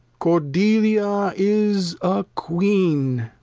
cordelia is a queen.